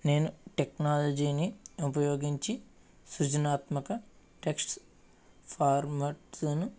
నేను టెక్నాలిజీని ఉపయోగించి సృజనాత్మక టెక్స్ట్ ఫార్మాట్లను